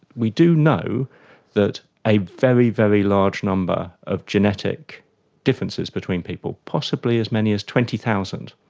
we do know that a very, very large number of genetic differences between people, possibly as many as twenty thousand,